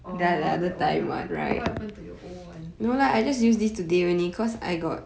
orh that [one] ah what happen to your old [one]